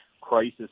crisis